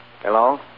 Hello